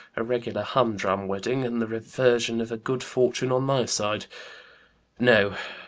a regular humdrum wedding, and the reversion of a good fortune on my side no,